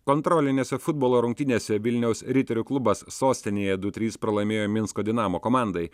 kontrolinėse futbolo rungtynėse vilniaus riterių klubas sostinėje du trys pralaimėjo minsko dinamo komandai